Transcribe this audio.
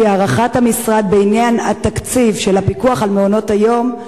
כי הערכת המשרד בעניין התקציב של הפיקוח על מעונות-היום,